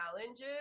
challenges